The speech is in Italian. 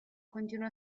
continuò